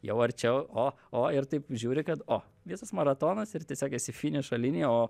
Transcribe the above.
jau arčiau o o ir taip žiūri kad o visas maratonas ir tiesiog esi finišo linijoj o